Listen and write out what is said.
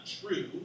true